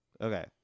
Okay